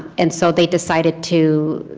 and so they decided to